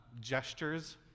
gestures